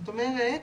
זאת אומרת,